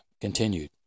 continued